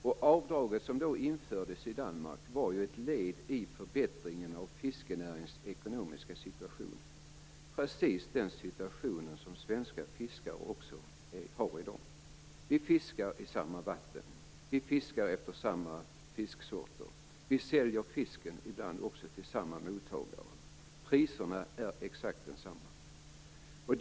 Det avdrag som då infördes i Danmark var ett led i förbättringen av fiskenäringens ekonomiska situation. Det är precis den situation som svenska fiskare har i dag. Vi fiskar i samma vatten, vi fiskar efter samma fisksorter, vi säljer ibland också fisken till samma mottagare och priserna är exakt desamma.